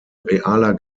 realer